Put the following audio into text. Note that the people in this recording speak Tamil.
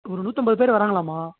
ஒரு நூற்றம்பது பேர் வராங்களாமா